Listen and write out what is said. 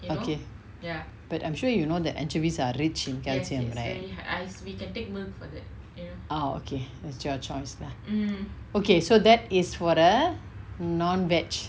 okay but I'm sure you know that anchovies are rich in calcium right oh okay is your choice lah okay so that is for the non veg